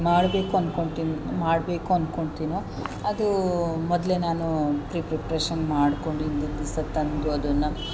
ಮಾಡಬೇಕು ಅಂದ್ಕೊಳ್ತೀನಿ ಮಾಡಬೇಕು ಅಂದ್ಕೊಳ್ತೀನೋ ಅದೂ ಮೊದಲೇ ನಾನು ಪ್ರೀ ಪ್ರಿಪ್ರೇಷನ್ ಮಾಡಿಕೊಂಡು ಹಿಂದಿನ ದಿವಸ ತಂದು ಅದನ್ನು